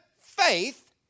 faith